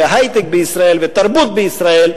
היי-טק בישראל ותרבות בישראל,